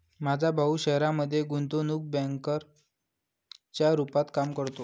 माझा भाऊ शहरामध्ये गुंतवणूक बँकर च्या रूपात काम करतो